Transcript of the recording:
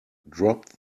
drop